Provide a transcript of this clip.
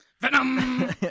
venom